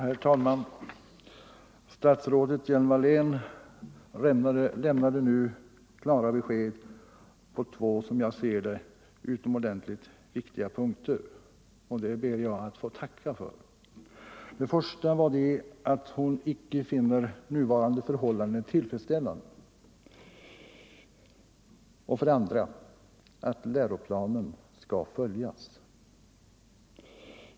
Herr talman! Statsrådet Hjelm-Wallén lämnade nu klara besked på - som jag ser det — utomordentligt viktiga punkter, och det ber jag få tacka för. Det första beskedet var att statsrådet icke finner nuvarande förhållanden tillfredsställande och det andra att läroplanen skall följas.